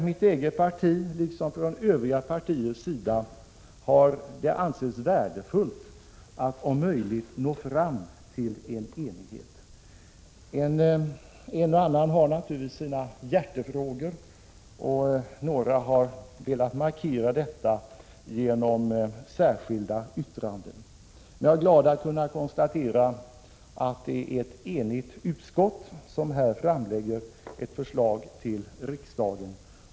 Mitt eget parti, liksom Övriga partier, har ansett det vara värdefullt att om möjligt nå fram till enighet. En och annan har naturligtvis sina hjärtefrågor, och några har velat markera detta genom särskilda yttranden. Jag är dock glad att kunna konstatera att det är ett enigt utskott som här framlägger ett förslag för riksdagen.